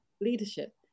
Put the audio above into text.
leadership